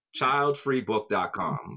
childfreebook.com